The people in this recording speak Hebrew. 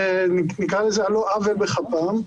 נקרא לזה על לא עוול בכפם,